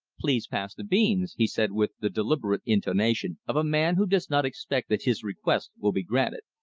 please pass the beans, he said with the deliberate intonation of a man who does not expect that his request will be granted.